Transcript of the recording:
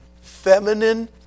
feminine